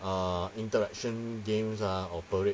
uh interaction games oh or parade